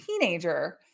teenager